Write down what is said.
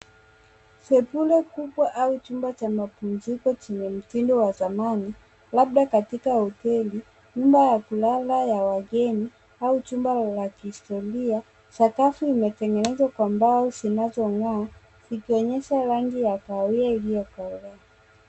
Sebule kubwa au chumba cha mapumziko chenye mtindo wa zamani, labda katika hoteli, nyumba ya kulala ya wageni au chumba la kihistoria. Sakafu limetengenezwa kwa mbao zinazong'aa zikionyesha rangi ya kahawia iliyokolea.